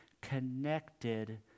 connected